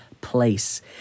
place